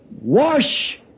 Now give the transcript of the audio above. Wash